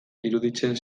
iruditzen